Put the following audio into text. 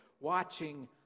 watching